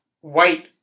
white